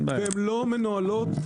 והם לא מנוהלות.